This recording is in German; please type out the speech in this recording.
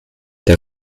der